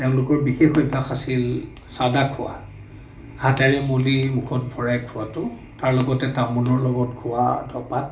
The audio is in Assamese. তেওঁলোকৰ বিশেষ অভ্যাস আছিল চাদা খোৱা হাতেৰে মলি মূখত ভৰাই খোৱাতো তাৰ লগতে তামোলৰ লগত খোৱা ধপাত